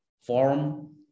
form